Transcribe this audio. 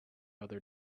other